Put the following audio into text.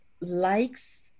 likes